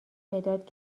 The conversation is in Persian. مداد